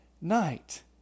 night